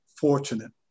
fortunate